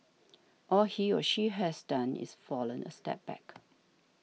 all he or she has done is fallen a step back